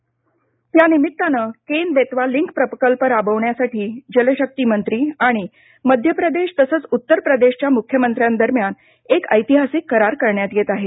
केन Betwa link प्रकल्प यानिमित्तानं Ken Betwa link प्रकल्प राबविण्यासाठी जलशक्ती मंत्री आणि मध्यप्रदेश तसंच उत्तर प्रदेशच्या मुख्यमंत्र्यांदरम्यान एक ऐतिहासिक करार करण्यात येत आहे